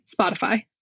Spotify